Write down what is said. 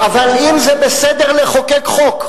אבל אם זה בסדר לחוקק חוק,